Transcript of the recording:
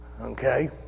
okay